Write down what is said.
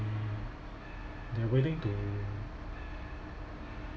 they're willing to